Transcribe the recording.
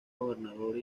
gobernador